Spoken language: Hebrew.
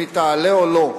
אם היא תעלה או לא,